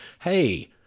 hey